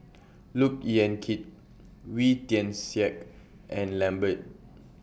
Look Yan Kit Wee Tian Siak and Lambert